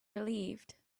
relieved